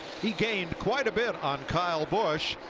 he gained quite a bit on kyle busch,